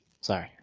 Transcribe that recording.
Sorry